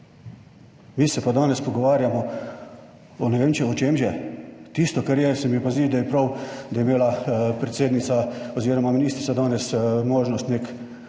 mi se pa danes pogovarjamo o, ne vem, o čem že… Tisto kar je, se mi pa zdi, da je prav, da je imela predsednica oziroma ministrica danes možnost na